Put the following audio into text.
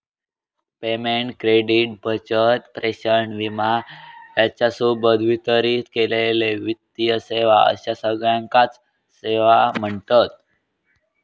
payment, credit, बचत, प्रेषण, विमा ह्येच्या सोबत वितरित केलेले वित्तीय सेवा अश्या सगळ्याकांच सेवा म्ह्णतत